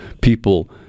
people –